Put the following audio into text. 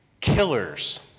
killers